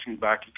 back